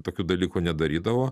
tokių dalykų nedarydavo